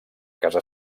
casa